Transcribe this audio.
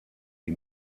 die